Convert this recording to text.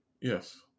Yes